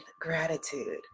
gratitude